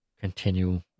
continue